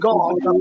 God